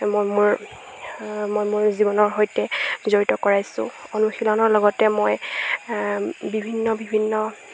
মই মোৰ মই মোৰ জীৱনৰ সৈতে জড়িত কৰাইছোঁ অনুশীলনৰ লগতে মই বিভিন্ন বিভিন্ন